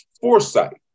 foresight